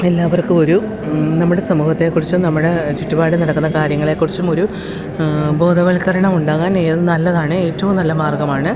എല്ലാവർക്കൊരു നമ്മുടെ സമൂഹത്തെക്കുറിച്ചും നമ്മുടെ ചുറ്റുപാട് നടക്കുന്ന കാര്യങ്ങളെക്കുറിച്ചും ഒരു ബോധവൽക്കരണമുണ്ടാകാൻ ഇത് നല്ലതാണ് ഏറ്റവും നല്ല മാർഗ്ഗമാണ്